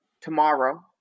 tomorrow